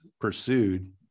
pursued